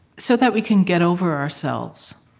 so that we can get over ourselves,